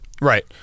Right